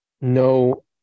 no